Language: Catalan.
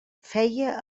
feia